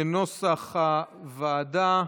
כנוסח הוועדה.